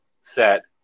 set